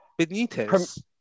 Benitez